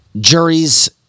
juries